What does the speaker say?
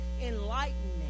enlightenment